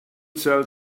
sell